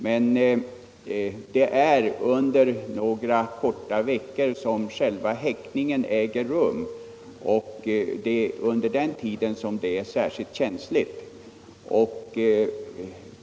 Men häckningen äger rum under några få veckor, och under den tiden är det särskilt känsligt.